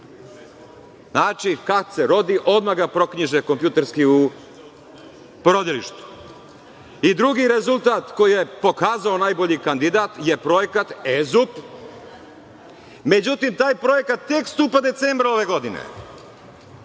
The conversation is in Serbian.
Znači, kada se rodi odmah ga proknjiže kompjuterski u porodilištu.I, drugi rezultat koji je pokazao najbolji kandidat je projekat e-zup. Međutim, taj projekat tek stupa na snagu decembra ove godine.